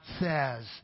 says